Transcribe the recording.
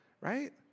Right